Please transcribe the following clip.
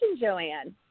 Joanne